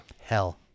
hell